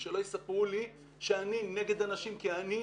ושלא יספרו לי שאני נגד הנשים, כי אני